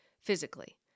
physically